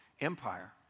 Empire